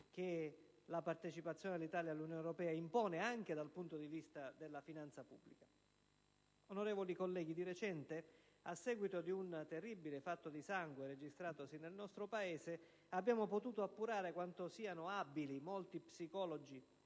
che la partecipazione dell'Italia all'Unione europea impone anche dal punto di vista della finanza pubblica. Onorevoli colleghi, di recente, a seguito di un terribile fatto di sangue accaduto nel nostro Paese, abbiamo potuto appurare quanto siano abili molti psicologi,